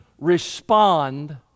respond